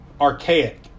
archaic